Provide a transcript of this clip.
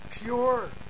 pure